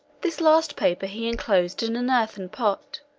this last paper he enclosed in an earthen pot,